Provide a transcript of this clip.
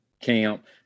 camp